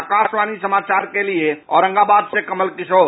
आकाशवाणी समाचार के लिए औरंगाबाद से कमल किशोर